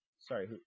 sorry